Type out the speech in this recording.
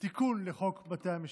תיקון לחוק בתי המשפט.